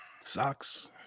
Sucks